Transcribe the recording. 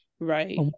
right